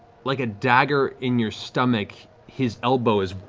like a dagger in your stomach, his elbow is